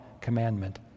commandment